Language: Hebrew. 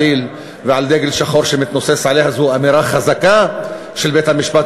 דגל שחור שמתנוסס מעליה זו אמירה חזקה של בית-המשפט,